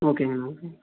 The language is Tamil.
ஓகேங்கண்ணா